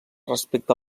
respecte